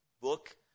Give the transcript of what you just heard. book